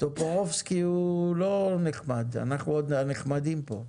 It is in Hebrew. טופורובסקי הוא לא נחמד, אנחנו עוד מהנחמדים פה,